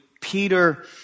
Peter